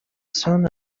soon